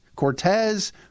Cortez